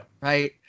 Right